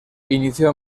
inició